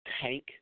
tank